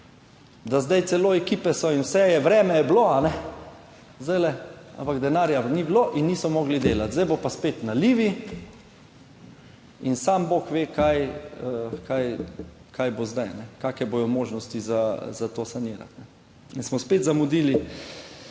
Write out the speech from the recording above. da zdaj celo ekipe so in vse je, vreme je bilo zdajle, ampak denarja ni bilo in niso mogli delati, zdaj bodo pa spet nalivi in sam bog ve, kaj bo zdaj, kakšne bodo možnosti za to sanirati. In smo spet zamudili